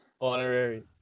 Honorary